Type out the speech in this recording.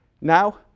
Now